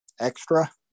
extra